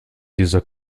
dieser